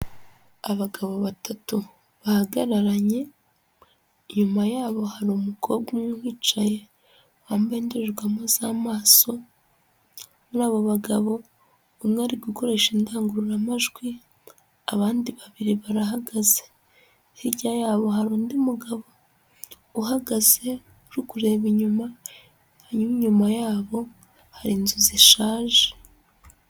Abagabo batatu bahagararanye, inyuma yabo hari umukobwa umwe uhicaye wambaye indorerwamo z'amaso, muri abo bagabo umwe ari gukoresha indangururamajwi, abandi babiri barahagaze, hirya yabo hari undi mugabo uhagaze uri kureba inyuma, hanyuma inyuma yabo hari inzu zishaje.